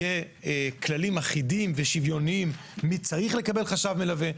יהיו כללים אחידים ושוויוניים מי צריך לקבל חשב מלווה?